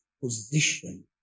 position